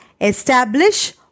establish